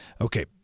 Okay